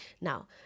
Now